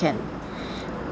can